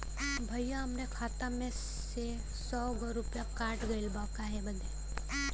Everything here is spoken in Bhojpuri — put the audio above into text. भईया हमरे खाता में से सौ गो रूपया कट गईल बा काहे बदे?